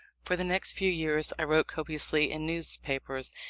for the next few years i wrote copiously in newspapers.